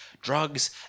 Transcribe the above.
Drugs